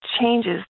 changes